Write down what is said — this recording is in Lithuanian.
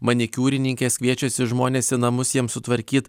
manikiūrininkės kviečiasi žmones į namus jiem sutvarkyt